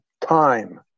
time